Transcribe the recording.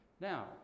Now